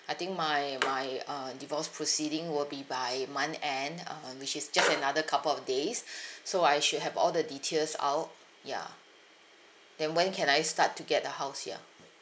I think my my uh divorce proceeding will be by month end uh which is just another couple of days so I should have all the details out ya then when can I start to get a house ya